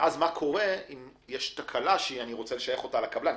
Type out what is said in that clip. ואז מה קורה אם יש תקלה שאני רוצה לשייך אותה לקבלן,